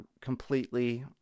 completely